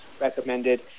recommended